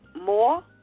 more